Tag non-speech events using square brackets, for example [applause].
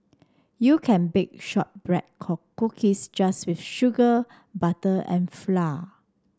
you can bake shortbread [unintelligible] cookies just with sugar butter and flour